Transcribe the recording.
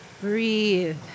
Breathe